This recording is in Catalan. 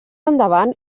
endavant